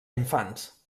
infants